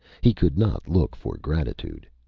he could not look for gratitude.